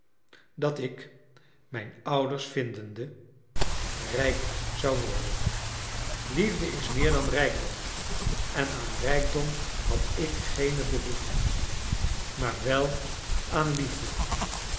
dat ik mijn ouders vindende rijk zou worden liefde is meer dan rijkdom en aan rijkdom had ik geen behoefte maar wel aan liefde